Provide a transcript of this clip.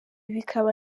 bikaba